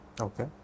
Okay